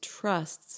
trusts